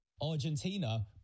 Argentina